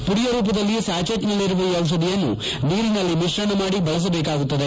ಪುಡಿಯ ರೂಪದಲ್ಲಿ ಸ್ವಾಚೆಟ್ನಲ್ಲಿರುವ ಈ ದಿಷಧಿಯನ್ನು ನೀರಿನಲ್ಲಿ ಮಿಶ್ರಣ ಮಾಡಿ ಬಳಸಬೇಕಾಗುತ್ತದೆ